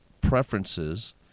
preferences